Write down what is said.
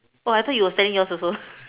oh I thought you was telling yours also